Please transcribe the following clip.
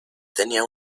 tenía